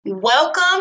Welcome